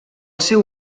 seu